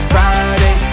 Friday